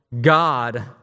God